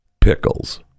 pickles